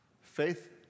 Faith